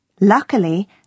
Luckily